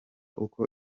uko